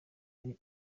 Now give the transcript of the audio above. ari